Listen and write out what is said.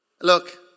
Look